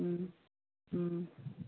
ꯎꯝ ꯎꯝ